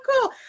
cool